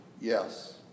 Yes